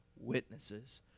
witnesses